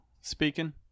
speaking